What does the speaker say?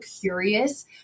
curious